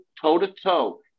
toe-to-toe